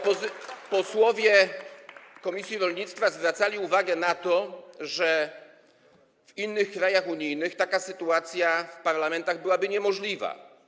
Posłowie komisji rolnictwa zwracali uwagę na to, że w innych krajach unijnych taka sytuacja w parlamentach byłaby niemożliwa.